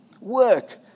Work